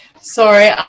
Sorry